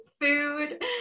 food